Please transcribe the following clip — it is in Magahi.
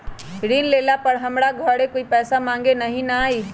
ऋण लेला पर हमरा घरे कोई पैसा मांगे नहीं न आई?